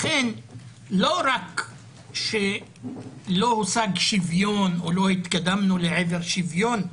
לא רק שלא הושג שוויון או לא התקדמנו כאן לעבר שוויון,